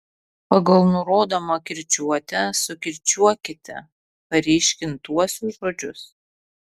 pagal nurodomą kirčiuotę sukirčiuokite paryškintuosius žodžius